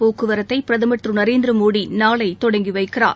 போக்குவரத்தை பிரதமர் திரு நரேந்திரமோடி நாளை தொடங்கி வைக்கிறார்